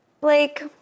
Blake